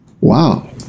wow